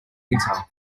winter